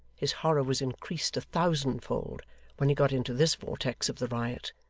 his horror was increased a thousandfold when he got into this vortex of the riot,